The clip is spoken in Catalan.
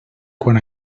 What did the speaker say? quan